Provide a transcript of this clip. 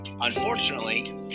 Unfortunately